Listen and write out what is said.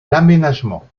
l’aménagement